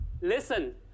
Listen